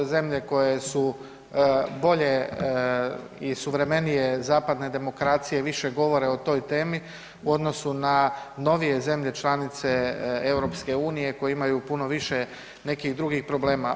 Zemlje koje su bolje i suvremenije zapadne demokracije više govore o toj temi u odnosu na novije zemlje članice EU koje imaju puno više nekih drugih problema.